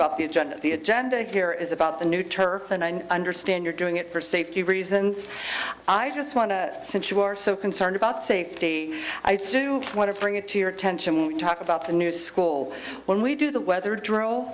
about the agenda here is about the new turf and i understand you're doing it for safety reasons i just want to since you are so concerned about safety i do want to bring it to your attention when we talk about the new school when we do the weather drill